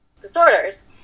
disorders